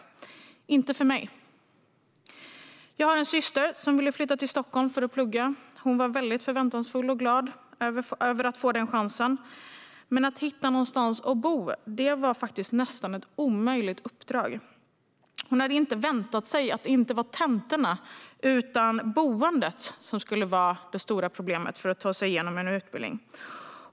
Det är det inte för mig. Jag har en syster som ville flytta till Stockholm för att plugga. Hon var väldigt förväntansfull och glad över att få den chansen. Men att hitta någonstans att bo var ett nästan omöjligt uppdrag. Hon hade inte väntat sig att det stora problemet för att ta sig igenom utbildningen inte skulle vara tentorna utan boendet.